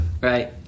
right